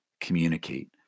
communicate